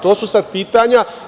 To su sad pitanja.